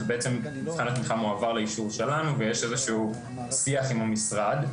כשבעצם מבחן התמיכה מועבר לאישור שלנו ויש איזשהו שיח עם המשרד.